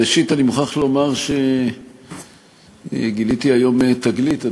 ראשית אני מוכרח לומר שגיליתי היום תגלית,